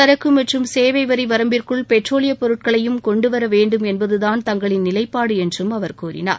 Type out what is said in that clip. சரக்கு மற்றும் சேவை வரி வரம்பிற்குள் பெட்ரோலியப் பொருட்களையும் கொண்டு வர வேண்டும் என்பதுதான் தங்களின் நிலைப்பாடு என்றும் அவர் கூறினார்